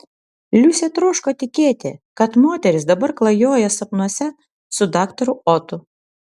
liusė troško tikėti kad moteris dabar klajoja sapnuose su daktaru otu